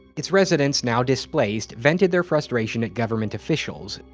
its residents, now displaced, vented their frustrations at government officials.